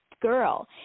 girl